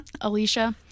Alicia